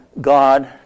God